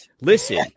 listen